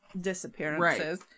Disappearances